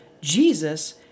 Jesus